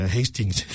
Hastings